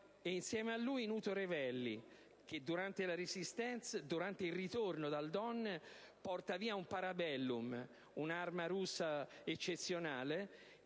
Insieme a lui, Nuto Revelli che, durante il ritorno dal Don, porta via un parabellum, un'arma russa eccezionale,